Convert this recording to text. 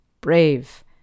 brave